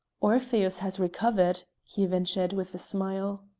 orpheus has recovered, he ventured with a smile.